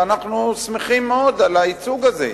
ואנחנו שמחים מאוד על הייצוג הזה,